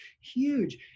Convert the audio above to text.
huge